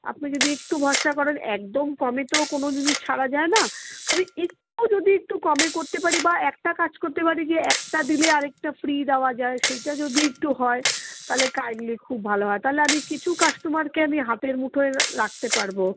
আপনি যদি একটু ভরসা করেন একদম কমে তো কোনো জিনিস ছাড়া যায় না আমি একটু যদি একটু কমে করতে পারি বা একটা কাজ করতে পারি যে একটা দিলে আরেকটা ফ্রি দেওয়া যায় সেটা যদি একটু হয় তাহলে কাইন্ডলি খুব ভালো হয় তাহলে আমি কিছু কাস্টমারকে আমি হাতের মুঠোয় রাখতে পারব